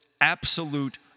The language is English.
absolute